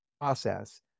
process